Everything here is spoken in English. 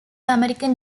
american